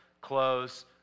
clothes